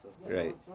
Right